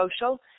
social